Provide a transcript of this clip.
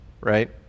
right